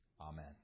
Amen